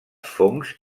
fongs